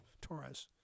Torres